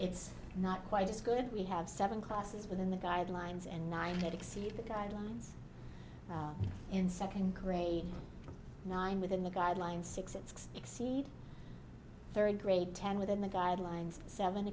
it's not quite as good we have seven classes within the guidelines and nine had exceeded the guidelines in second grade nine within the guidelines six and six exceed third grade ten within the guidelines seven